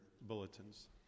bulletins